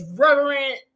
reverent